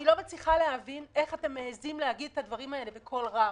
אני לא מצליחה להבין איך אתם מעיזים להגיד את הדברים האלה בקול רם.